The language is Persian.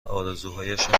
آرزوهایشان